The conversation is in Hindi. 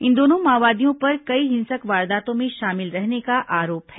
इन दोनों माओवादियों पर कई हिंसक वारदातों में शामिल रहने का आरोप है